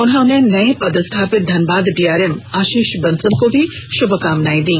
उन्होंने नए पदस्थापित धनबाद डीआरएम आशीष बंसल को भी श्भकामना दी